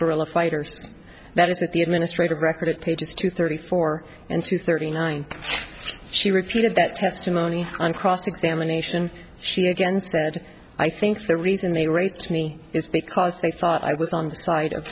guerrilla fighters that is that the administrative record of pages two thirty four and two thirty nine she repeated that testimony on cross examination she again said i think the reason they raped me is because they thought i was on the side of